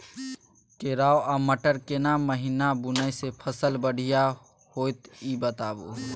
केराव आ मटर केना महिना बुनय से फसल बढ़िया होत ई बताबू?